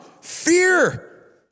fear